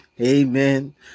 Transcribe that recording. Amen